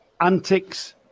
antics